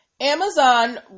Amazon